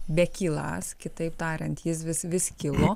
bekyląs kitaip tariant jis vis vis kilo